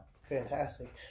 fantastic